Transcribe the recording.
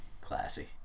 Classy